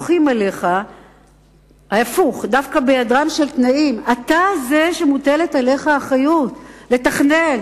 אתה זה שמוטלת עליך האחריות לתכנן,